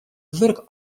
wurk